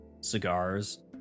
cigars